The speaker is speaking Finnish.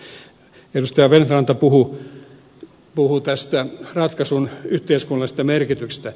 edustaja feldt ranta puhui tästä ratkaisun yhteiskunnallisesta merkityksestä